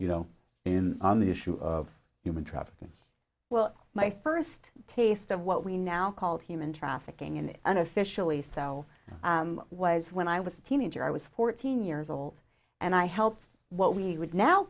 you know in on the issue of human trafficking well my first taste of what we now call human trafficking an unofficial way so was when i was a teenager i was fourteen years old and i helped what we would now